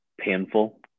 painful